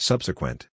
Subsequent